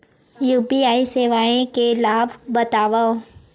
UPI सेवाएं के लाभ बतावव?